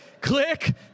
click